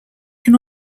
can